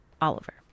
oliver